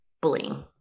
bullying